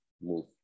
move